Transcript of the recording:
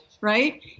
right